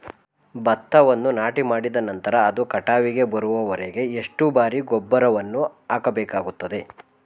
ಭತ್ತವನ್ನು ನಾಟಿಮಾಡಿದ ನಂತರ ಅದು ಕಟಾವಿಗೆ ಬರುವವರೆಗೆ ಎಷ್ಟು ಬಾರಿ ಗೊಬ್ಬರವನ್ನು ಹಾಕಬೇಕಾಗುತ್ತದೆ?